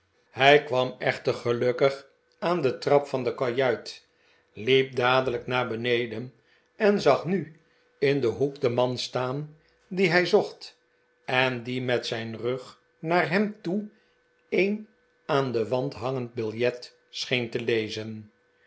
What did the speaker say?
hij kwam echter gelukkig aan de trap van de kajuit liep dadelijk naar beneden en zag nu in den hoek den man staan dien hij zocht en die met zijn rug naar hem toe een aan den wand hangend biljet scheen te lezen